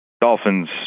Dolphins